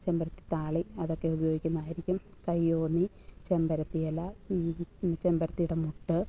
ചെമ്പരത്തിത്താളി അതൊക്കെ ഉപയോഗിക്കുന്നതായിരിക്കും കയ്യോന്നി ചെമ്പരത്തിയില ചെമ്പരത്തിയുടെ മൊട്ട്